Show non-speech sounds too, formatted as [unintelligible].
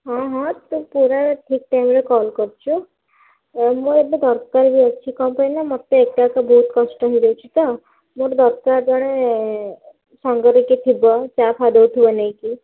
ହଁ ହଁ ତୁ ପୁରା ଠିକ୍ ଟାଇମ୍ରେ କଲ୍ କରିଛୁ ମୁଁ ଏବେ [unintelligible] ଅଛି କ'ଣ ପାଇଁ ନା ମୋତେ ଏକା ଏକା ବହୁତ କଷ୍ଟ ହେଇଯାଉଛି ତ ମୋର ଦରକାର ଜଣେ ସାଙ୍ଗରେ କିଏ ଥିବ ଚା ଫା ଦେଉଥିବ ନେଇକି